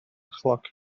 chloc